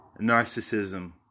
narcissism